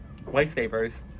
lifesavers